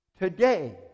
Today